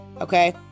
Okay